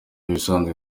ibisanzwe